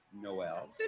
Noel